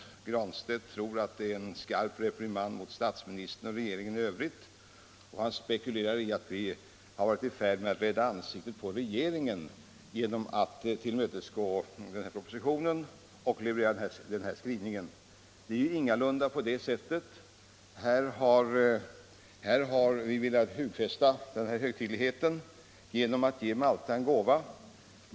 Herr Granstedt tror att formuleringen är en skarp reprimand till statsministern och regeringen i övrigt och spekulerar i att vi är i färd med att rädda ansiktet på regeringen genom att tillmötesgå propositionens förslag och leverera den här skrivningen. Det är ingalunda på det sättet. Vi har velat hugfästa en högtidlighet genom att ge Malta en gåva.